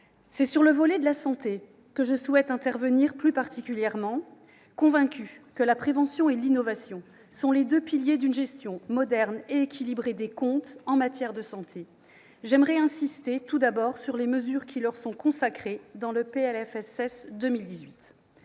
C'est sur le volet « santé » que je souhaite intervenir plus particulièrement. Convaincue que la prévention et l'innovation sont les deux piliers d'une gestion moderne et équilibrée des comptes en matière de santé, j'aimerais tout d'abord insister sur les mesures qui leur sont consacrées dans le projet